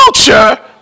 culture